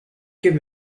give